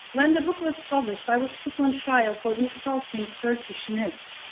when the book was published. i was put on trial for insulting turkishness.